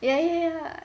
ya ya ya ya